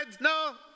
No